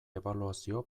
ebaluazio